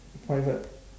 private